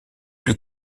plus